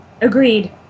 Agreed